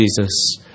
Jesus